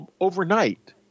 overnight